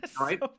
right